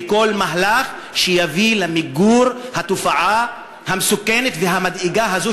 לכל מהלך שיביא למיגור התופעה המסוכנת והמדאיגה הזו,